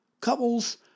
Couples